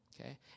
okay